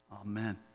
Amen